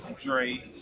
Dre